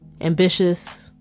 ambitious